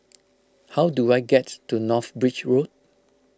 how do I get to North Bridge Road